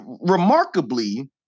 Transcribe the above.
remarkably